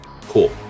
Cool